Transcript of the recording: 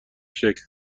شکل